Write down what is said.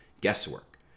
guesswork